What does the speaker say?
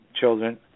children